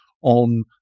on